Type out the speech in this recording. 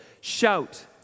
Shout